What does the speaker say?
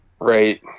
Right